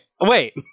wait